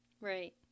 Right